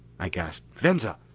i gasped, venza!